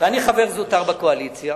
ואני חבר זוטר בקואליציה,